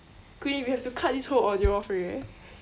quinn we have to cut this whole audio off already